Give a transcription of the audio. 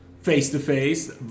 face-to-face